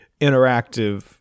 interactive